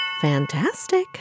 Fantastic